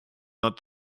not